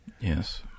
Yes